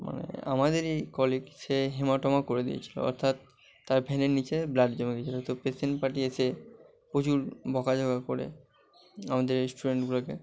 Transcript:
মানে আমাদেরই কলিগ সে হেমাটোমা করে দিয়েছিলো অর্থাৎ তার ভেনের নীচে ব্লাড জমে গিয়েছিলো তো পেসেন্ট পার্টি এসে প্রচুর বকাঝকা করে আমাদের ইস্টুডেন্টগুলোকে